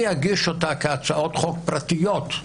אני אגיש אותה כהצעות חוק פרטיות,